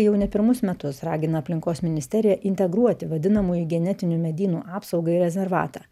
jau ne pirmus metus ragina aplinkos ministeriją integruoti vadinamųjų genetinių medynų apsaugai rezervatą